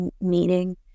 meaning